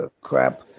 crap